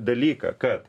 dalyką kad